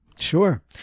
Sure